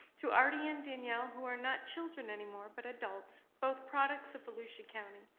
to arty and danielle, who are not children anymore but adults, both products of volusia county,